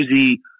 easy